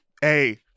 hey